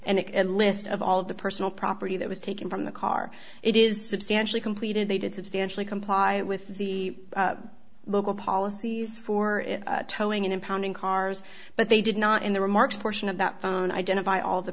it and list of all of the personal property that was taken from the car it is substantially completed they did substantially comply with the local policies for towing and impounding cars but they did not in the remarks portion of that phone identify all the